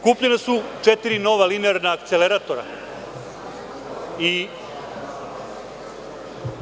Kupljene su četiri nova linearna akceleratora i…